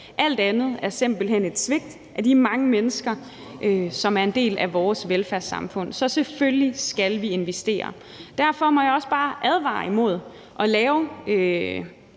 Alt andet er simpelt hen et svigt af de mange mennesker, som er en del af vores velfærdssamfund. Så selvfølgelig skal vi investere. Derfor må jeg også bare advare imod at lave